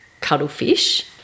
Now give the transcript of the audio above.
Cuttlefish